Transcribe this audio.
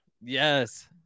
yes